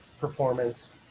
performance